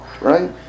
right